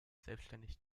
selbständig